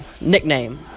Nickname